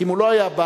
כי אם הוא לא היה בא,